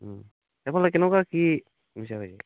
সেইফালে কেনেকুৱা কি বিচাৰে